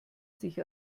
sich